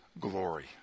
glory